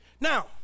Now